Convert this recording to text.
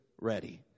ready